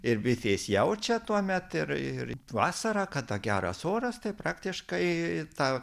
ir bitės jaučia tuomet ir ir vasarą kada geras oras tai praktiškai tą